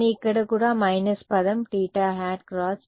కానీ అక్కడ కూడా మైనస్ పదం θϕ తెలుసు